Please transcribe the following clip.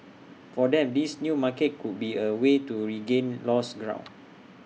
for them this new market could be A way to regain lost ground